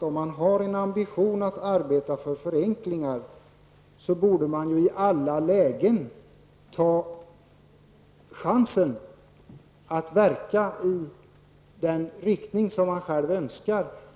Om man har en ambition att arbeta för förenklingar, borde man i alla lägen ta chansen att verka i den riktning som man själv önskar.